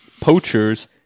poachers